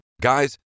Guys